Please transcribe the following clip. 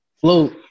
float